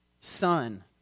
son